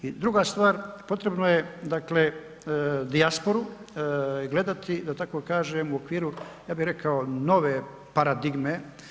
I druga stvar, potrebno je dakle dijasporu gledati da tako kažem u okviru ja bih rekao nove paradigme.